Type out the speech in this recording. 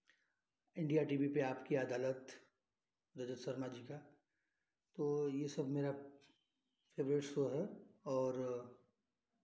India T V पे आपकी अदालत विद्युत शर्मा जी का तो ये सब मेरा फेवरेट शो है और